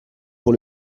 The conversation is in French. pour